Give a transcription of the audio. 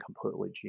completely